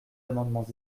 amendements